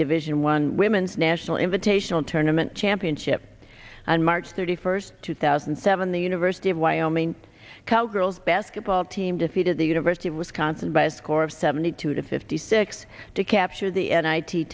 division one women's national invitational tournament championship on march thirty first two thousand and seven the university of wyoming cowgirls basketball team defeated the university of wisconsin by a score of seventy two to fifty six to capture the n i t